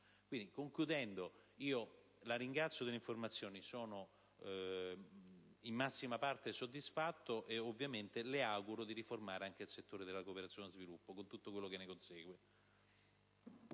mondo. Concludendo, la ringrazio delle informazioni. Sono in massima parte soddisfatto, e le auguro di riformare anche il settore della cooperazione allo sviluppo, con tutto quello che ne consegue.